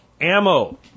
ammo